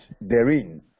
therein